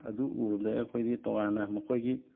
ꯑꯗꯨ ꯎꯔꯨꯕꯗꯩ ꯑꯩꯈꯣꯏꯗꯤ ꯇꯣꯉꯥꯟꯅ ꯃꯈꯣꯏꯒꯤ